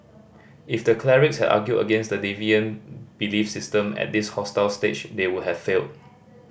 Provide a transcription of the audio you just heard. if the clerics had argued against the deviant belief system at this hostile stage they would have failed